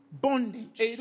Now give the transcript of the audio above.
bondage